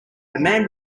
man